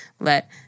let